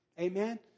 Amen